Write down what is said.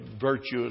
virtuous